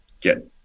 get